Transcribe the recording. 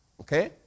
Okay